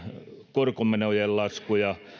korkomenojen lasku ja